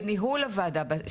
בניהול הוועדה,